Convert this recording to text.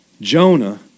Jonah